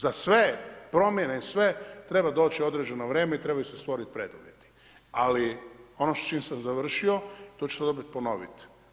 Za sve promjene i sve, treba doći određeno vrijeme i trebaju se stvoriti preduvjeti ali ono s čim sam završio, to ću sad opet ponovit.